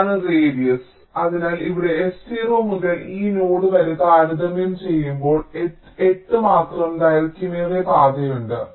ഇതാണ് റേഡിയസ് അതിനാൽ ഇവിടെ S0 മുതൽ ഈ നോഡ് വരെ താരതമ്യം ചെയ്യുമ്പോൾ 8 മാത്രം ദൈർഘ്യമേറിയ പാതയുണ്ട്